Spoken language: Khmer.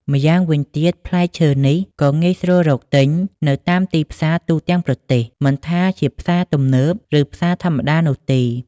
ម្យ៉ាងវិញទៀត ផ្លែឈើនេះក៏ងាយស្រួលរកទិញនៅតាមទីផ្សារទូទាំងប្រទេស មិនថាជាផ្សារទំនើប ឬផ្សារធម្មតានោះទេ។